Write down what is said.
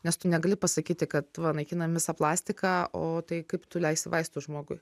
nes tu negali pasakyti kad va naikinam visą plastiką o tai kaip tu leisi vaistus žmogui